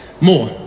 more